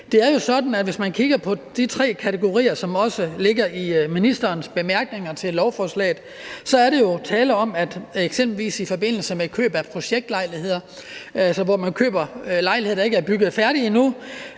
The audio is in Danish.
Hvis man kigger på de tre kategorier, som er nævnt i bemærkningerne til lovforslaget, er der i forbindelse med køb af projektlejligheder, altså hvor man køber lejligheder, der ikke er bygget færdig endnu,